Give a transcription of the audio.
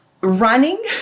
Running